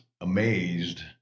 amazed